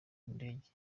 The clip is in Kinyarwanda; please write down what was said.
indege